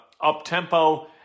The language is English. up-tempo